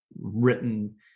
written